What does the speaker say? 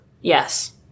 Yes